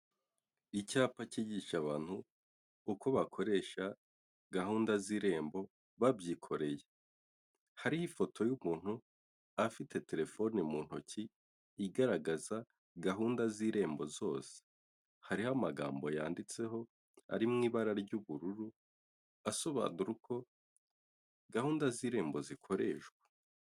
Icyapa cyigisha abantu uko bakoresha gahunda z'irembo babyikoreye, hariho ifoto y'umuntu afite telefone mu ntoki igaragaza gahunda z'irembo zose, hariho amagambo yanditseho ari mu ibara ry'ubururu asobanura uko gahunda z'irembo zikoreshwa.